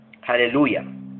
Hallelujah